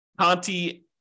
Conti